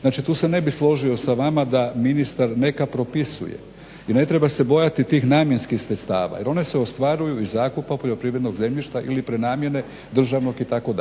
Znači, tu se ne bih složio sa vama da ministar neka propisuje i ne treba se bojati tih namjenskih sredstava jer ona se ostvaruju iz zakupa poljoprivrednog zemljišta ili prenamjene državnog itd.